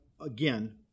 again